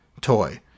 toy